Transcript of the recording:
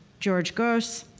george grosz,